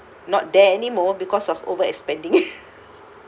not there anymore because of overspending